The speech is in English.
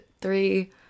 three